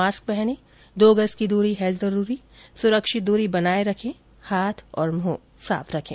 mask पहनें दो गज की दूरी है जरूरी सुरक्षित दूरी बनाए रखें हाथ और मुंह साफ रखें